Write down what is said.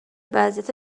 وضعیت